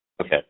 Okay